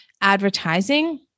advertising